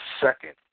second